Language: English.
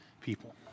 people